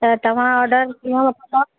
त तव्हां ऑडर कीअं वठंदव